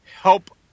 help